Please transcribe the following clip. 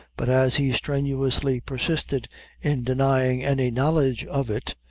but as he strenuously persisted in denying any knowledge of it,